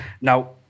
Now